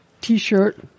t-shirt